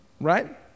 Right